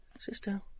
sister